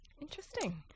interesting